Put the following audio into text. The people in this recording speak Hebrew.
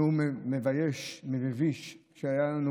נאום מבייש ומביש שהיה לנו,